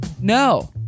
No